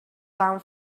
come